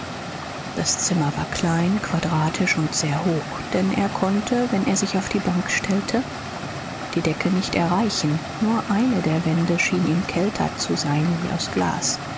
das zimmer war klein quadratisch und sehr hoch denn er konnte wenn er sich auf die bank stellte die decke nicht erreichen nur eine der wände schien ihm kälter zu sein wie aus glas